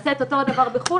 ונעשה את אותו הדבר בחו"ל,